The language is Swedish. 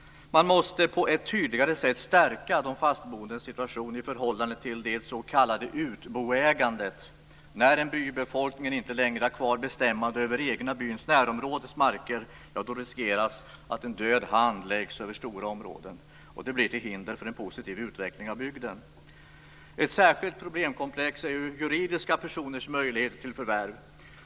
Man måste på ett tydligare sätt stärka de fastboendes situation i förhållande till det s.k. utboägandet. När en bybefolkning inte längre har kvar bestämmande över den egna byns och närområdets marker finns risken att en död hand läggs över stora områden. Det blir till hinder för en positiv utveckling av bygden. Ett särskilt problemkomplex är juridiska personers möjlighet till förvärv.